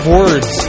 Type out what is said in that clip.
words